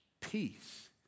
peace